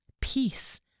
Peace